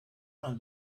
man